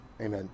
amen